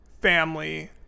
Family